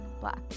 Black